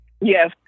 Yes